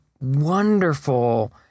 wonderful